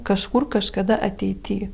kažkur kažkada ateity